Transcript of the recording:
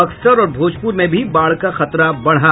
बक्सर और भोजपुर में भी बाढ़ का खतरा बढ़ा